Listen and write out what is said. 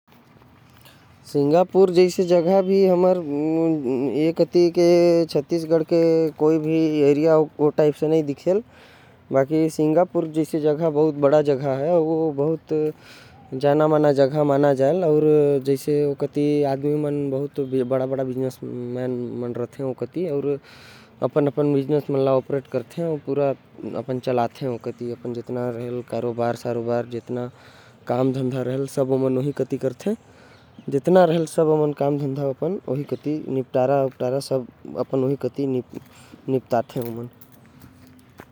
सिंगापुर जैसा जगह हमर छत्तीसगढ़ म कहियों नही हवे। ए हर बहुत बड़का अउ बहुत जाना माना जगह हवे। सब वहां व्यापारी होथे अउ वही से अपन कारोबार संभालथे।